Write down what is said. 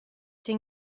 den